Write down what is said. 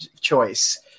choice